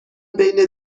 بین